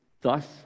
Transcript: thus